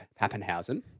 Pappenhausen